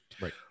Right